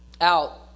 out